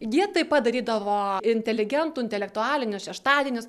ji taip pat darydavo inteligentų intelektualinius šeštadienius